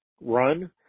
run